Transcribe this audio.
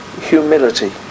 humility